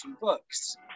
books